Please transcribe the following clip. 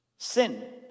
Sin